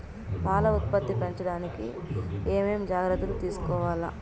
పాల ఉత్పత్తి పెంచడానికి ఏమేం జాగ్రత్తలు తీసుకోవల్ల?